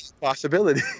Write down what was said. possibility